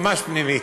משהו ממש פנימי.